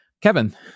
Kevin